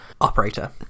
Operator